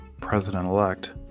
president-elect